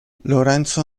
lorenzo